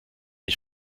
ich